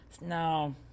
No